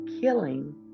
killing